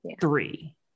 three